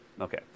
Okay